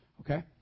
Okay